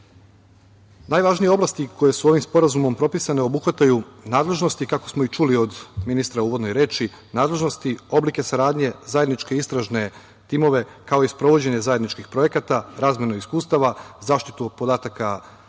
ljudima. Najvažnije oblasti koje su ovim sporazumom propisane obuhvataju nadležnosti, kako smo i čuli od ministra u uvodnoj reči, nadležnosti, oblike saradnje, zajedničke istražne timove, kao i sprovođenje zajedničkih projekata, razmenu iskustava, zaštitu podataka o